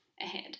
ahead